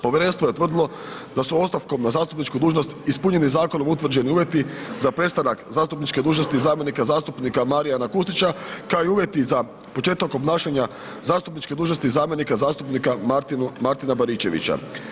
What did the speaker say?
Povjerenstvo je utvrdilo da su ostavkom na zastupničku dužnost ispunjeni zakonom utvrđeni uvjeti za prestanak zastupničke dužnosti zamjenika zastupnika Marijana Kustića kao i uvjeti za početak obnašanja zastupničke dužnosti zamjenika zastupnika Martina Baričevića.